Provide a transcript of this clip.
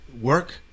work